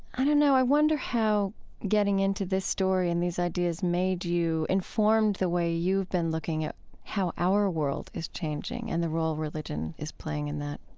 i don't know. i wonder how getting into this story and these ideas made you informed the way you've been looking at how our world is changing and the role religion is playing in that